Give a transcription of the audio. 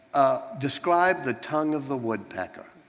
describe the tongue of the woodpecker.